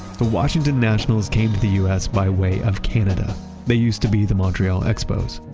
the washington nationals came to the us by way of canada they used to be the montreal expos.